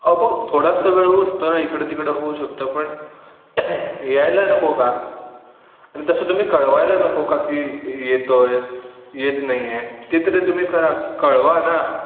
अव प थोडाच वेळ होऊ शकतो ना इकडं तिकडं होऊ शकतं पण यायला नको का आणि तसं तुम्ही कळवायला नको का की येतो आहे येत नाही आहे ते तरी तुम्ही करा कळवा ना